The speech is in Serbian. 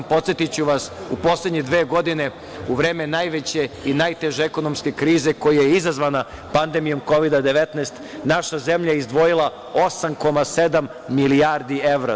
Podsetiću vas u poslednje dve godine u vreme najveće i najteže ekonomske krize koja je izazvana pandemijom Kovida – 19, naša zemlja je izdvojila 8,7 milijardi evra.